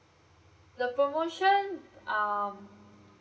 the promotion um